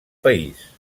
país